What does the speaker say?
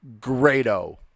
Grado